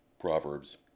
Proverbs